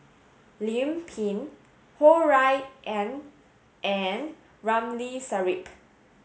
Lim Pin Ho Rui An and Ramli Sarip